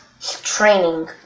Training